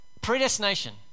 Predestination